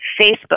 Facebook